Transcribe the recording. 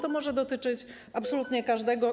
To może dotyczyć absolutnie każdego.